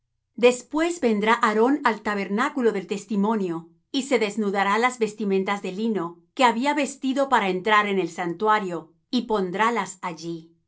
después vendrá aarón al tabernáculo del testimonio y se desnudará las vestimentas de lino que había vestido para entrar en el santuario y pondrálas allí